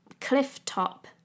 cliff-top